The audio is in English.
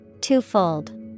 Twofold